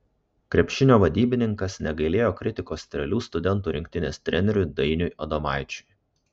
krepšinio vadybininkas negailėjo kritikos strėlių studentų rinktinės treneriui dainiui adomaičiui